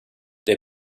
der